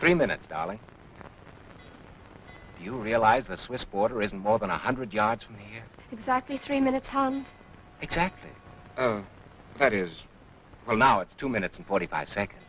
three minutes darling do you realize the swiss border is more than a hundred yards from here exactly three minutes on exactly that is well now it's two minutes and forty five seconds